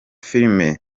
filime